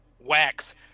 wax